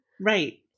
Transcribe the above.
right